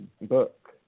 book